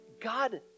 God